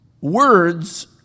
words